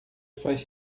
faz